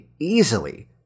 easily